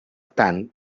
tant